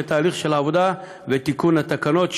לתהליך של עבודה ותיקון התקנות,